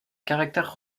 caractère